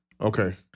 Okay